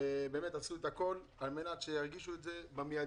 באמת עשו הכול על מנת שירגישו את זה באופן מידי,